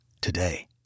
today